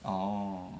orh